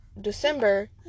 December